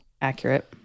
Accurate